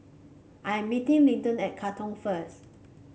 I am meeting Linton at Katong first